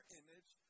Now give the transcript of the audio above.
image